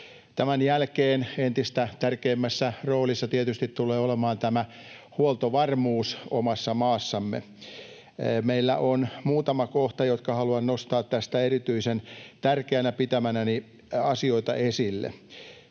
tämän jälkeen entistä tärkeämmässä roolissa tietysti tulee olemaan tämä huoltovarmuus omassa maassamme. Meillä on muutama kohta, jotka haluan nostaa tästä esille, erityisen tärkeinä pitämiäni asioita.